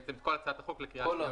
בעצם את כל הצעת החוק לקריאה שנייה